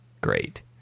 great